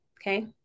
Okay